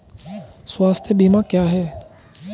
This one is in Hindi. स्वास्थ्य बीमा क्या है?